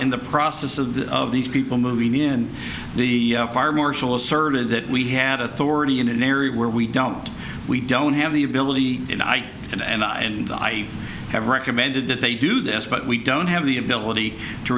in the process of the of these people moving in the fire marshal asserted that we have authority in an area where we don't we don't have the ability and i can and and i have recommended that they do this but we don't have the ability to